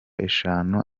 eshanu